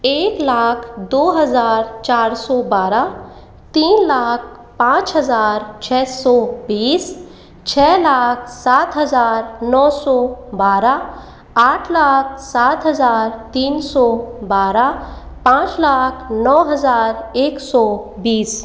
एक लाख दो हज़ार चार सौ बारह तीन लाख पाँच हज़ार छ सौ बीस छ लाख सात हज़ार नौ सौ बारह आठ लाख सात हज़ार तीन सौ बारह पाँच लाख नौ हज़ार एक सौ बीस